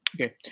okay